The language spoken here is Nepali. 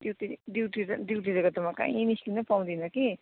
ड्युटी ड्युटी ड्युटीले म कहीँ निस्किनै पाउँदिन कि